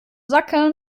sackerl